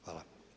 Hvala.